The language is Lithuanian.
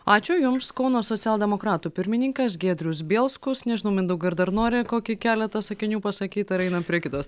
ačiū jums kauno socialdemokratų pirmininkas giedrius bielskus nežinau mindaugai ar dar nori kokį keletą sakinių pasakyt ar einam prie kitos